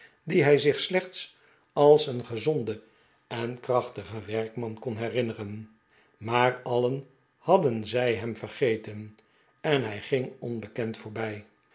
dien hij zich slechts als een gezonden en krachtigen werkman kon herinneren maar alien hadden zij hem vergeten en hij ging onbekend voorbij